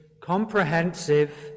comprehensive